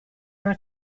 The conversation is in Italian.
una